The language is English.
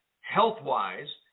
health-wise